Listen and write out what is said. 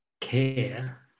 CARE